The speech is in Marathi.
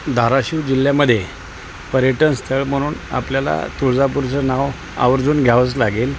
धाराशिव जिल्ह्यामध्ये पर्यटनस्थळ म्हणून आपल्याला तुळजापूरचं नाव आवर्जून घ्यावंच लागेल